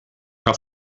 que